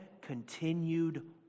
continued